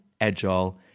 agile